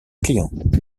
clients